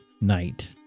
night